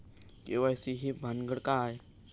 KYC ही भानगड काय?